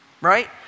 right